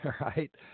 Right